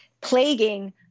plaguing